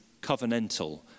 covenantal